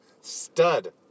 Stud